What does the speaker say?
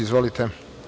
Izvolite.